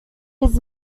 his